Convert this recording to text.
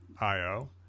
IO